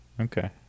okay